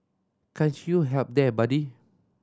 can't help you there buddy